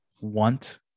want